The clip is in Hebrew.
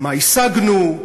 מה השגנו?